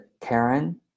Karen